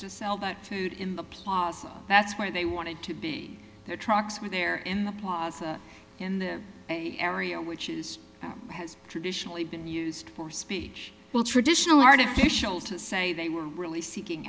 to sell that food in the plaza that's where they wanted to be their trucks were there in the in the area which is has traditionally been used for speech well traditional artificial to say they were really seeking